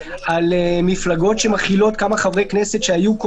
נוסף לעובדה שלקחנו את מה שהיה הוראת שעה בפעם